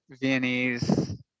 Viennese